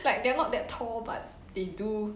like they are not that tall but they do